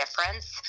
difference